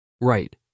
Right